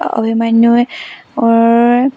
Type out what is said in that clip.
অভিমন্য়ূৱে